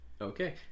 Okay